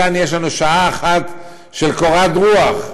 כאן יש לנו שעה אחת של קורת רוח,